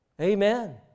Amen